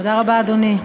תודה רבה, אדוני.